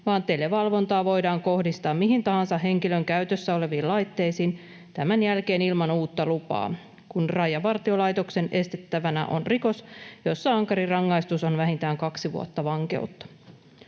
vaan televalvontaa voidaan kohdistaa mihin tahansa henkilön käytössä oleviin laitteisiin tämän jälkeen ilman uutta lupaa, kun Rajavartiolaitoksen estettävänä on rikos, josta ankarin rangaistus on vähintään kaksi vuotta vankeutta.